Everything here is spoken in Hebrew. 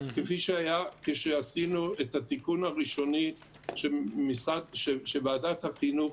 כפי שהיה כשעשינו את התיקון הראשוני שוועדת החינוך